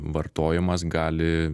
vartojimas gali